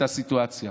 אני מבין את הסיטואציה